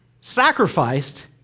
sacrificed